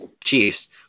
Chiefs